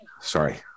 Sorry